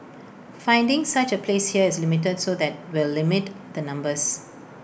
finding such A place here is limited so that will limit the numbers